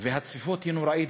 והצפיפות היא נוראית,